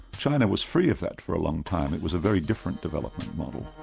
china was free of that for a long time it was a very different development model.